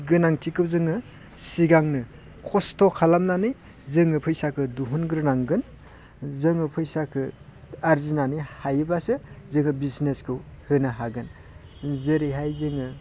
गोनांथिखौ जोङो सिगांनो खस्थ' खालामनानै जोङो फैसाखो दिहुनग्रोनांगोन जोङो फैसाखो आरजिनानै हायोब्लासो जोङो बिजनेसखो होनो हागोन जेरैहाय जोङो